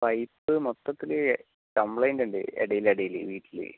pipe മൊത്തത്തില് complaint ഉണ്ട് ഇടയില് ഇടയില് വീട്ടില്